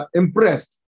impressed